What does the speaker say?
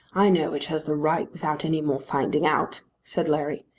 i know which has the right without any more finding out, said larry.